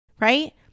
right